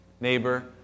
Neighbor